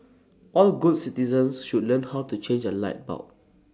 all good citizens should learn how to change A light bulb